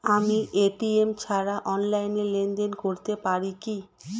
আমি এ.টি.এম ছাড়া অনলাইনে লেনদেন করতে পারি কি?